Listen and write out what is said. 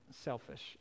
selfish